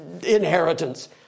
inheritance